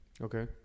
Okay